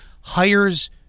hires